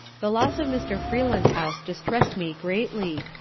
the loss of mr. freelandhouse distress'd me greatly,